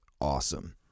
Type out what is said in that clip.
awesome